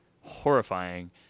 horrifying